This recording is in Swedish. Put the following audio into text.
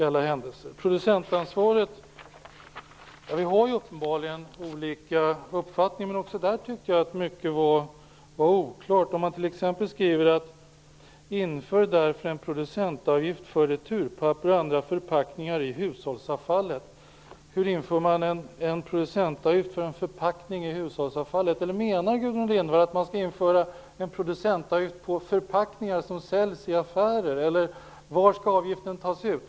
Vi har uppenbarligen olika uppfattning vad gäller producentansvaret. Också i det fallet tycker jag att mycket var oklart. Miljöpartiet skriver i sin reservation: "Inför därför en producentavgift för returpapper, glas och andra förpackningar i hushållsavfallet." Hur inför man en producentavgift för en förpackning i hushållsavfallet? Menar Gudrun Lindvall att man skall införa en producentavgift på förpackningar som säljs i affärer, eller var skall avgiften tas ut?